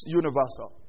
universal